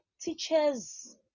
Teachers